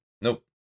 nope